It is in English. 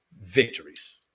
victories